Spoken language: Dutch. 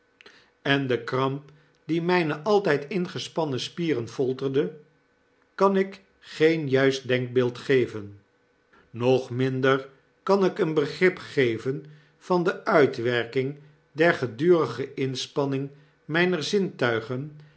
en de kramp die mijne altp ingespannen spieren folterde kan ik geen juist denkbeeld geven nog minder kan ik een begrip geven van de uitwerkingdergedurigeinspanningmyner zintuigen